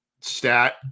stat